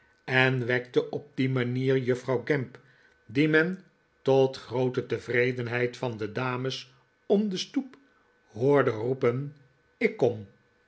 en wekte op die manier juffrouw gamp die men tot groote tevredenheid van de dames om de stoep hoorde roepen ik kom